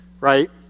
right